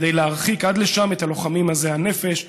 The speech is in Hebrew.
כדי להרחיק עד לשם את הלוחמים עזי הנפש,